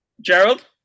Gerald